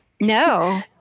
no